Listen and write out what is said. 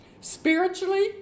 spiritually